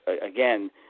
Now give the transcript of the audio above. again